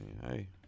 Hey